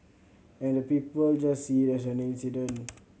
and the people just see it as an incident